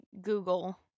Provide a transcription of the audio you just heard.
Google